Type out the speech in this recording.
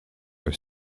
are